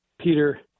Peter